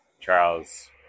Charles